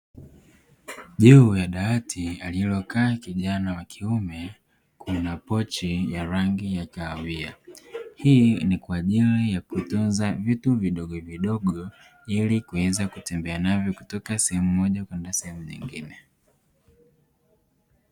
Juu ya dawati alilokaa kijana wa kiume kuna pochi ya rangi ya kahawia hii ni kwa ajili ya kutunza vitu vidogovidogo ili kuweza kutembeanavyo kutoka sehemu moja kwenda sehemu nyingine.